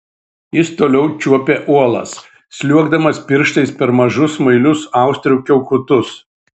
jis toliau čiuopė uolas sliuogdamas pirštais per mažus smailius austrių kiaukutus